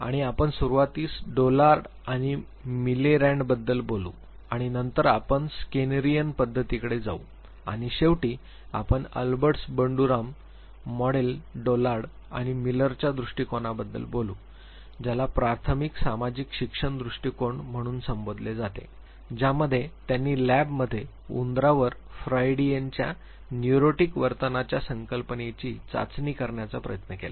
आणि आपण सुरुवातीस डोलार्ड आणि मिलेरँडबद्दल बोलू आणि नंतर आपण स्केनरियन पध्दतीकडे जाऊ आणि शेवटी आपण अल्बर्ट्स बंडुरास मॉडेल डोलार्ड आणि मिलरच्या दृष्टिकोनाबद्दल Alberts Banduras model Dollard and Miller's view point बोलू ज्याला प्राथमिक सामाजिक शिक्षण दृष्टिकोन म्हणून संबोधले जाते ज्यामध्ये त्यांनी लॅबमध्ये उंदीरांवर फ्रायडियनच्या न्यूरोटिक वर्तनाच्या संकल्पनेची चाचणी करण्याचा प्रयत्न केला